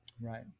Right